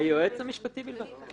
היועץ המשפטי בלבד.